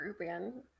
again